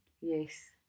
Yes